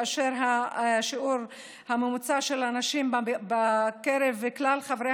ששם השיעור הממוצע של הנשים בקרב כלל חברי